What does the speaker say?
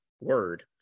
word